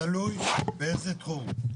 תלוי באיזה תחום.